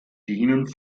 denen